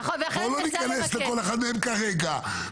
ולא ניכנס לכל אחד מהם כרגע,